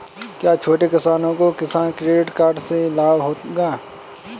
क्या छोटे किसानों को किसान क्रेडिट कार्ड से लाभ होगा?